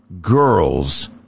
girls